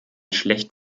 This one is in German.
schlecht